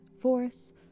forests